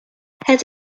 het